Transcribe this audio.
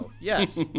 yes